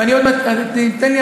תן לי,